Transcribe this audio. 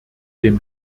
dem